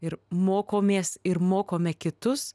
ir mokomės ir mokome kitus